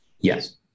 Yes